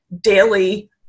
daily